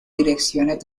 direcciones